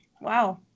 Wow